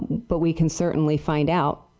but we can certainly find out.